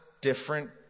different